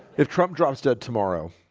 if trump drops dead tomorrow